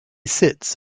sits